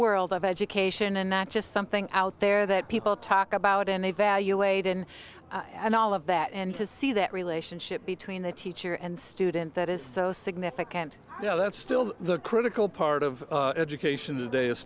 world of education and not just something out there that people talk about and evaluate in and all of that and to see that relationship between the teacher and student that is so significant you know that's still the critical part of education today is